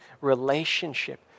relationship